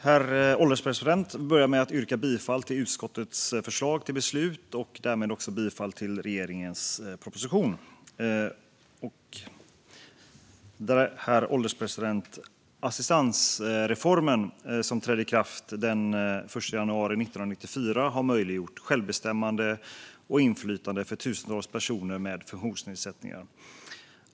Herr ålderspresident! Jag vill börja med att yrka bifall till utskottets förslag till beslut och därmed också bifall till regeringens proposition. Assistansreformen, som trädde i kraft den 1 januari 1994, har möjliggjort självbestämmande och inflytande för tusentals personer med funktionsnedsättningar.